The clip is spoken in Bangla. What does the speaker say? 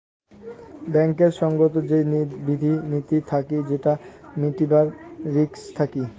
ব্যাঙ্কেত সঙ্গত যে বিধি নীতি থাকি সেটা মিটাবার রিস্ক থাকি